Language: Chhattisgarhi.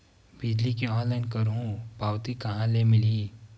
बिजली के ऑनलाइन करहु पावती कहां ले मिलही?